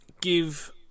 give